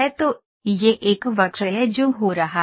तो यह एक वक्र है जो हो रहा है